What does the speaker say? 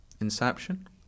Inception